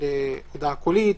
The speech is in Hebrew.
הודעה קולית,